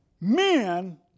Men